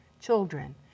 children